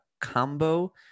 combo